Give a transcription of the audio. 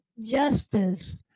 justice